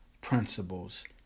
principles